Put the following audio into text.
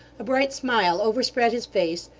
a bright smile overspread his face,